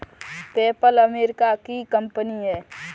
PayPal America की company है